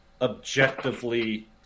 objectively